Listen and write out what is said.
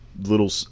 little